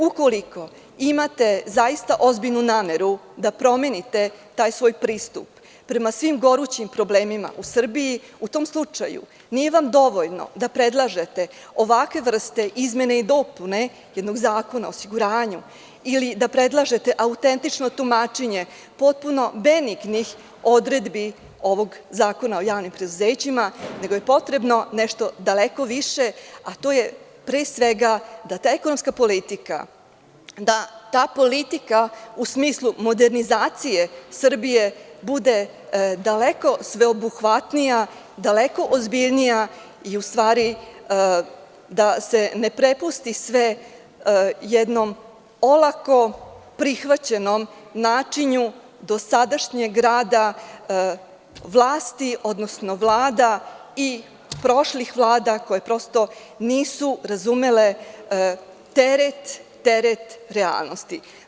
Ukoliko imate ozbiljnu nameru da promenite taj svoj pristup prema svim gorućim problemima u Srbiji, u tom slučaju, nije vam dovoljno da predlažete ovakve vrste izmene i dopune jednog zakona o osiguranju ili da predlažete autentično tumačenje potpuno benignih odredbi ovog Zakona o javnim preduzećima, nego je potrebno nešto daleko više, a to jeda ta ekonomska politika, da ta politika u smislu modernizacije Srbije, bude daleko sveobuhvatnija, daleko ozbiljnija i da se ne prepusti sve jednom olako prihvaćenom načinu dosadašnjeg rada vlasti, odnosno vlada i prošlih vlada, koje prosto nisu razumele teret realnosti.